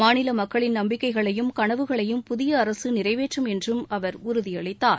மாநில மக்களின் நம்பிக்கைகளையும் கனவுகளையும் புதிய அரசு நிறைவேற்றும் என்று அவர் உறுதியளித்தார்